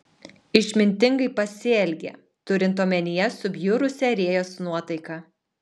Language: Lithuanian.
išmintingai pasielgė turint omenyje subjurusią rėjos nuotaiką